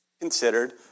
considered